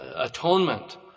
atonement